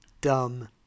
Dumb